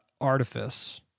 Artifice